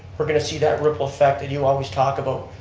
we're going to see that ripple effect that you always talk about.